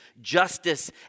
justice